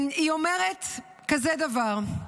היא אומרת כזה דבר: